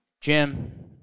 Jim